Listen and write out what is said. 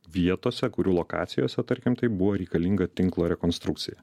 vietose kurių lokacijose tarkim tai buvo reikalinga tinklo rekonstrukcija